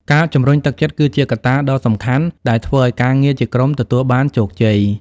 ការជំរុញទឹកចិត្តគឺជាកត្តាដ៏សំខាន់ដែលធ្វើឲ្យការងារជាក្រុមទទួលបានជោគជ័យ។